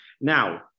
Now